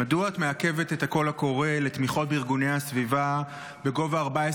מדוע את מעכבת את הקול הקורא לתמיכות בארגוני הסביבה בגובה 14